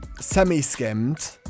semi-skimmed